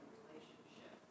relationship